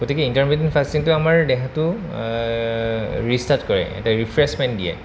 গতিকে ইণ্টাৰমিডিয়েট ফাষ্টিংটো আমাৰ দেহাটো ৰিষ্টাৰ্ট কৰে এটা ৰিফ্ৰেছমেণ্ট দিয়ে